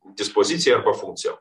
dispozicijai arba funkcijom